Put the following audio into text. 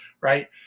Right